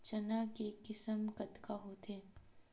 चना के किसम कतका होथे?